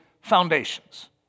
foundations